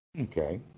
Okay